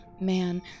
man